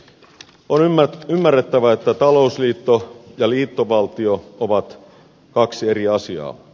on ymmärrettävä että talousliitto ja liittovaltio ovat kaksi eri asiaa